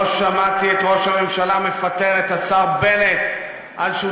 לא שמעתי את ראש הממשלה מפטר את השר בנט על שהוא